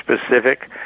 specific